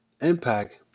Impact